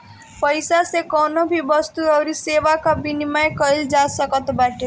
पईसा से कवनो भी वस्तु अउरी सेवा कअ विनिमय कईल जा सकत बाटे